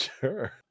sure